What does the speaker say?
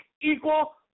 equal